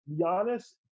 Giannis